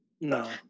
No